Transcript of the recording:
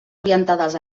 orientades